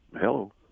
Hello